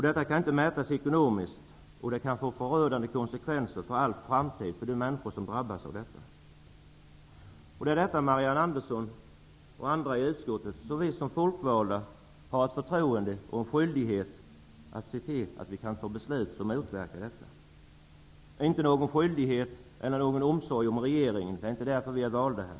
Detta kan inte mätas ekonomiskt, men det kan få förödande konsekvenser för all framtid för de människor som drabbas av detta. Det är detta, Marianne Andersson och andra i utskottet, som vi som folkvalda har ett förtroende och en skyldighet att beakta när vi nu skall fatta beslut. Vi har inte någon skyldighet att ha omsorg om regeringen. Det är inte därför vi är valda.